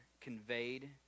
conveyed